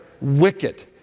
wicked